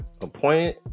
appointed